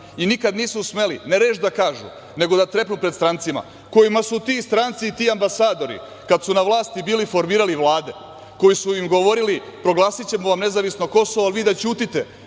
i nikada nisu smeli, ne reč da kažu, nego da trepnu pred strancima, kojima su ti stranci i ti ambasadori, kada su na vlasti bili, formirali vlade, koji su im govorili - proglasićemo vam nezavisno Kosovo, ali vi da ćutite,